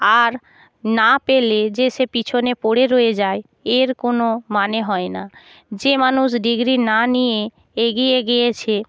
আর না পেলে যে সে পিছনে পড়ে রয়ে যায় এর কোনও মানে হয় না যে মানুষ ডিগ্রি না নিয়ে এগিয়ে গিয়েছে